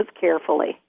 carefully